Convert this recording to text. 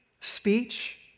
speech